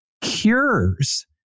cures